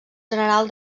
general